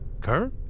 Kerr